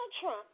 Trump